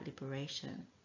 liberation